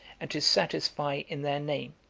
and to satisfy, in their name,